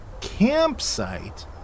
Campsite